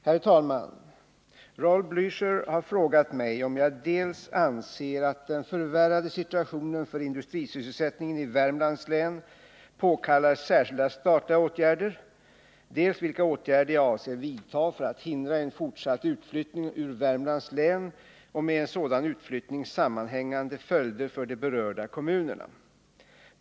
Herr talman! Raul Blächer har frågat mig om jag dels anser att den förvärrade situationen för industrisysselsättningen i Värmlands län påkallar särskilda statliga åtgärder, dels vilka åtgärder jag avser vidta för att hindra en fortsatt utflyttning ur Värmlands län och med en sådan utflyttning sammanhangande följder för de berörda kommunerna.